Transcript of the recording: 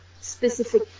specific